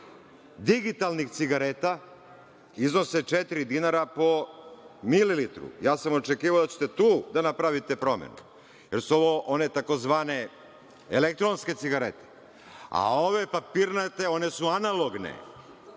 digitalnih cigareta iznose četiri dinara po mililitru. Ja sam očekivao da ćete tu da napravite promenu, jer su ovo one tzv. elektronske cigarete, a ove papirnate, one su analogne.